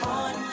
on